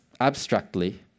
abstractly